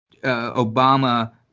Obama